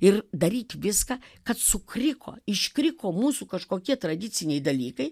ir daryti viską kad sukriko iškriko mūsų kažkokie tradiciniai dalykai